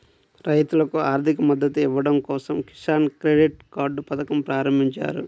రైతులకు ఆర్థిక మద్దతు ఇవ్వడం కోసం కిసాన్ క్రెడిట్ కార్డ్ పథకం ప్రారంభించారు